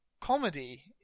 comedy